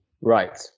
Right